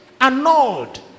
annulled